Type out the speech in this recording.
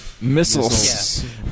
Missiles